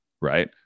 right